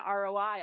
ROI